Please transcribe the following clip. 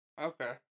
Okay